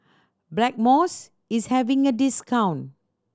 Blackmores is having a discount